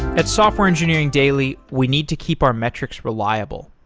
at software engineering daily, we need to keep our metrics reliable.